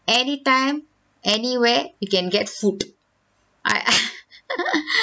anytime anywhere you can get food I